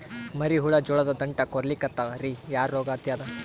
ಮರಿ ಹುಳ ಜೋಳದ ದಂಟ ಕೊರಿಲಿಕತ್ತಾವ ರೀ ಯಾ ರೋಗ ಹತ್ಯಾದ?